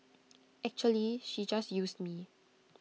actually she just used me